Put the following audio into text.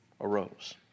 arose